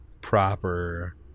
proper